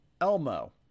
Elmo